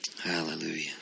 Hallelujah